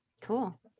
Cool